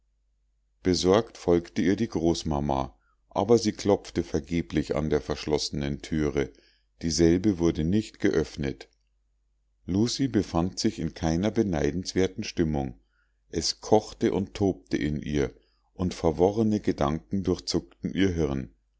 besorgt folgte ihr die großmama aber sie klopfte vergeblich an der verschlossenen thüre dieselbe wurde nicht geöffnet lucie befand sich in keiner beneidenswerten stimmung es kochte und tobte in ihr und verworrene gedanken durchzuckten ihr hirn